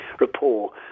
rapport